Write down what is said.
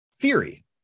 theory